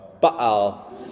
Baal